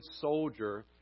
soldier